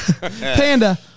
Panda